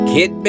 Kid